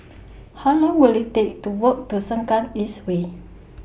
How Long Will IT Take to Walk to Sengkang East Way